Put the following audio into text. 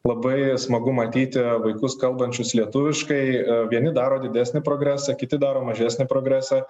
labai smagu matyti vaikus kalbančius lietuviškai vieni daro didesnį progresą kiti daro mažesnį progresą